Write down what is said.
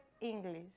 english